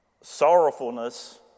sorrowfulness